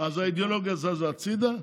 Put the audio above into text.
כשיש דברים אישיים, האידיאולוגיה זזה הצידה.